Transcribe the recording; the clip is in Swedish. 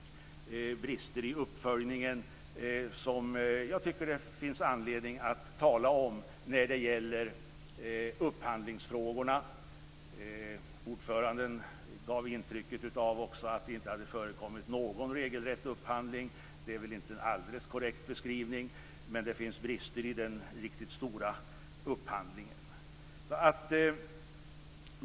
Det har varit brister i uppföljningen som jag tycker att det finns anledning att tala om när det gäller upphandlingsfrågorna. Ordföranden gav också intrycket att det inte hade förekommit någon regelrätt upphandling. Det är väl inte en alldeles korrekt beskrivning, men det finns brister i den riktigt stora upphandlingen.